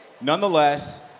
nonetheless